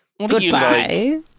Goodbye